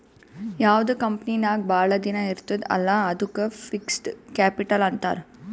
ಯಾವ್ದು ಕಂಪನಿ ನಾಗ್ ಭಾಳ ದಿನ ಇರ್ತುದ್ ಅಲ್ಲಾ ಅದ್ದುಕ್ ಫಿಕ್ಸಡ್ ಕ್ಯಾಪಿಟಲ್ ಅಂತಾರ್